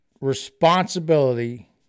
responsibility